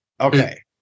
Okay